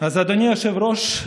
אדוני היושב-ראש,